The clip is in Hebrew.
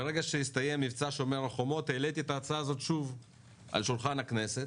ברגע שהסתיים מבצע שומר החומות העליתי את ההצעה הזו שוב על שולחן הכנסת.